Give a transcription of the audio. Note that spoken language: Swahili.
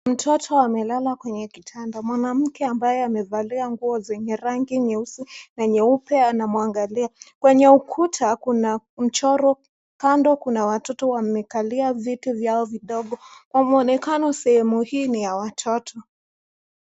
Mtoto amelala kwenye kitanda. Mwanamke ambaye amevalia nguo zenye rangi nyeusi na nyeupe anamwangalia. Kwenye ukuta kuna mchoro. Kando kuna watoto wamekalia viti vyao vidogo. Kwa mwonekano sehemu hii ni ya watoto.